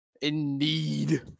Indeed